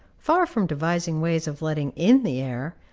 far from devising ways of letting in the air,